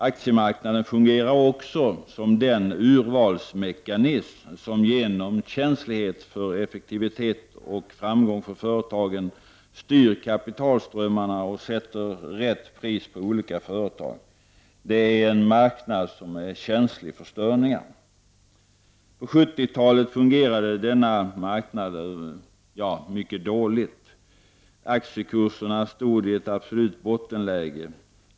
Aktiemarknaden fungerar också som den urvalsmekanism som genom känslighet för effektivitet och framgång för företagen styr kapitalströmmarna och sätter rätt pris på olika företag. Det är en marknad som är känslig för störningar. På 70-talet fungerade denna marknad mycket dåligt. Aktiekurserna stod i ett absolut bottenläge.